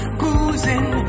boozing